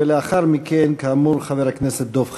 ולאחר מכן, כאמור, חבר הכנסת דב חנין.